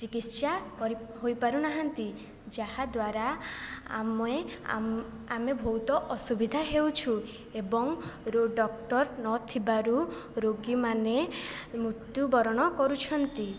ଚିକିତ୍ସା କରି ହୋଇ ପାରୁନାହାନ୍ତି ଯାହାଦ୍ଵାରା ଆମେ ଆମେ ବହୁତ ଅସୁବିଧା ହେଉଛୁ ଏବଂ ରୋ ଡକ୍ଟର ନ ଥିବାରୁ ରୋଗୀମାନେ ମୃତ୍ୟୁ ବରଣ କରୁଛନ୍ତି